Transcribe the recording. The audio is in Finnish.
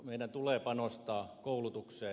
meidän tulee panostaa koulutukseen